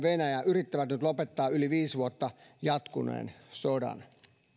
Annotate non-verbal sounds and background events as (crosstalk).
(unintelligible) venäjä yrittävät nyt lopettaa yli viisi vuotta jatkuneen sodan